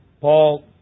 Paul